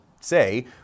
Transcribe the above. Say